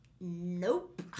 Nope